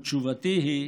תשובתי היא: